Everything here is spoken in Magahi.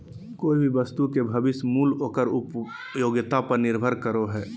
कोय भी वस्तु के भविष्य मूल्य ओकर उपयोगिता पर निर्भर करो हय